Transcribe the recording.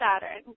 Saturn